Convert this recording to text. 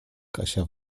kasia